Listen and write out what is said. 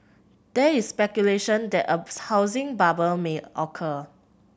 there is speculation that a housing bubble may occur